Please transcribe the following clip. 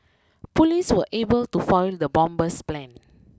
police were able to foil the bomber's plan